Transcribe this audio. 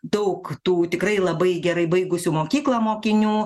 daug tų tikrai labai gerai baigusių mokyklą mokinių